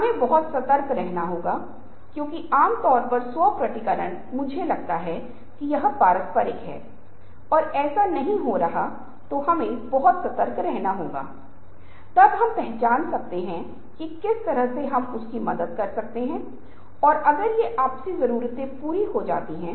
इसलिए यह अंतर है यह वह जगह है जहाँ आप देखते हैं कि आज दृश्य इतना हावी हो गया है कि हम दृश्य चीज़ों में दृश्य या अनुवाद कर रहे हैं जो आवश्यक रूप से दृश्य नहीं हैं